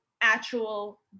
actual